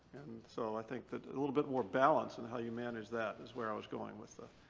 so i think that a little bit more balance in how you manage that is where i was going with the,